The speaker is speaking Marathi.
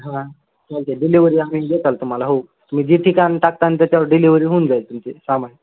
हा चालते डिलेवरी आम्ही देताल तुम्हाला हो तुम्ही जी ठिकाण टाकतान त्याच्यावर डिलीवरी होऊन जाईल तुमची सामान